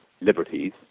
liberties